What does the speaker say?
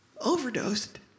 overdosed